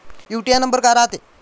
UTR number काय रायते?